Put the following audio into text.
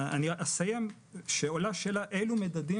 אסיים ואומר שעולה שאלה אילו מדדים